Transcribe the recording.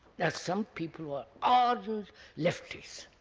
there are some people who are ardent leftists,